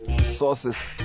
sources